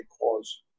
cause